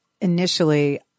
initially